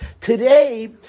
today